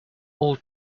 all